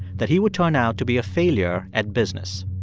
that he would turn out to be a failure at business.